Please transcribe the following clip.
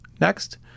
next